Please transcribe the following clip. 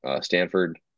Stanford